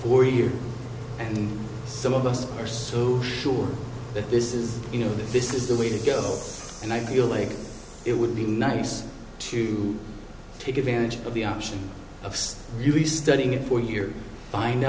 for years and some of us are so sure that this is you know this is the way to go and i feel like it would be nice to take advantage of the option of really studying it for years find